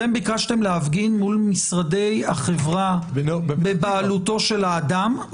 אתם ביקשתם להפגין מול משרדי החברה בבעלותו של האדם,